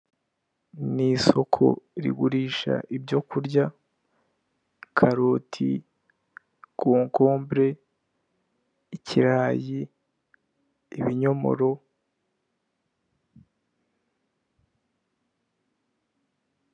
Ni isoko rigurisha ibyo kurya karoti kokombure ikirayi ibinyomoro.